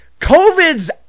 COVID's